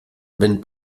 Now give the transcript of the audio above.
wenn